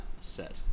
set